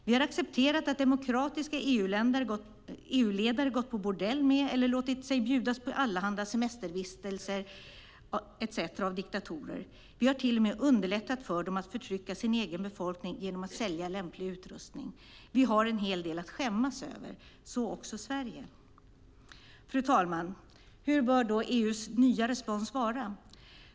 Vi har accepterat att demokratiska EU-ledare har gått på bordell med eller låtit sig bjudas på allehanda semestervistelser etcetera av diktatorer. Vi har till och med underlättat för diktatorerna att förtrycka sin egen befolkning genom att sälja lämplig utrustning. Vi har en hel del att skämmas över, så också Sverige. Fru talman! Hur bör då EU:s nya respons vara?